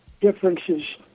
differences